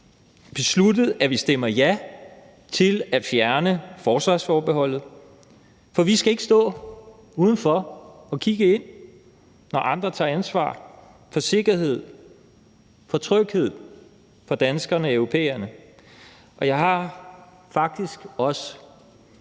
besluttet, at vi stemmer ja til at fjerne forsvarsforbeholdet, for vi skal ikke stå uden for og kigge ind, når andre tage ansvar for sikkerhed, for tryghed, for danskerne og europæerne. Jeg har faktisk også